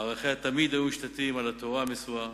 ערכיה תמיד היו מושתתים על התורה המסורה.